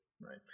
Right